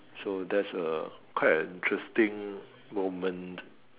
so that's a quite an interesting moment